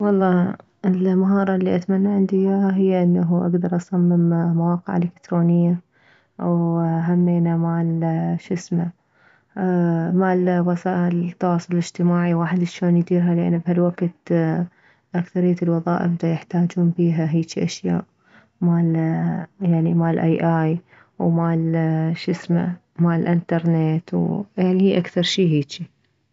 والله المهارة الي اتمنى عندي ياها انه اكدر اصمم مواقع الكترونية وهمينه مالشسمه مالوسائل التواصل الاجتماعي واحد شلون يديرها لان هالوكت اكثرية الوظائف ديحتاجون بيها هيجي اشياء مال يعني مال AI مالانترنت يعني هي اكثر شي هيجي